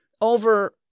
over